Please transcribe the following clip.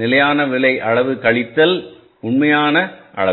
நிலையான அளவு கழித்தல் உண்மையான அளவு